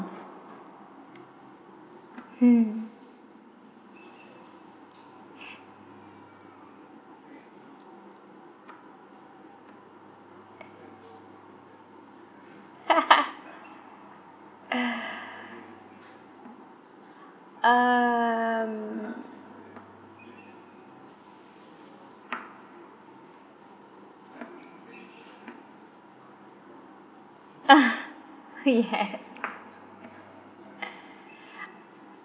hmm um yes